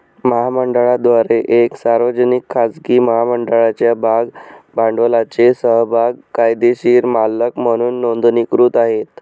महामंडळाद्वारे एक सार्वजनिक, खाजगी महामंडळाच्या भाग भांडवलाचे समभाग कायदेशीर मालक म्हणून नोंदणीकृत आहे